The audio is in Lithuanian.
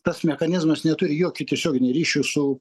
tas mechanizmas neturi jokio tiesioginio ryšio su